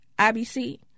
IBC